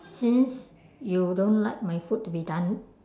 since you don't like my food to be done